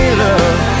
love